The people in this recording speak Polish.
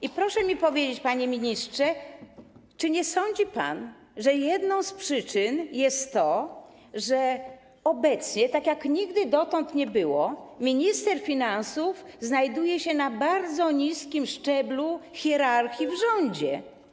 I proszę mi powiedzieć, panie ministrze, czy nie sądzi pan, że jedną z przyczyn jest to, że obecnie, tak jak nigdy dotąd nie było, minister finansów znajduje się na bardzo niskim szczeblu hierarchii w rządzie.